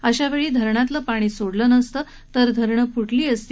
अशावेळी धरणातील पाणी सोडलं नसतं तर धरणं फुटली असती